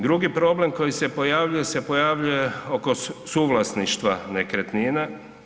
Drugi problem koji se pojavljuje se pojavljuje oko suvlasništva nekretnina.